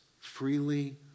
freely